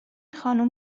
خانم